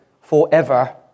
forever